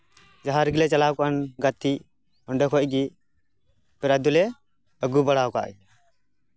ᱡᱟᱦᱟᱸ ᱨᱮᱜᱮᱞᱮ ᱪᱟᱞᱟᱣ ᱟᱠᱟᱱ ᱜᱟᱛᱮᱜ ᱚᱸᱰᱮ ᱠᱷᱚᱡ ᱜᱮ ᱯᱨᱟᱭᱤᱡ ᱫᱚᱞᱮ ᱟᱹᱜᱩ ᱵᱟᱲᱟ ᱟᱠᱟᱫ ᱜᱮᱭᱟ